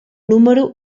número